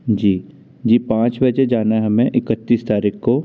जी जी पाँच बजे जाना है हमें इकत्तीस तारीख को